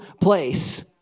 place